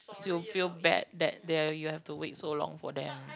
to feel bad that there you have to wait so long for them